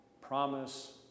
promise